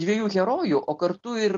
dviejų herojų o kartu ir